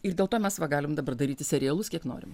ir dėl to mes va galim dabar daryti serialus kiek norim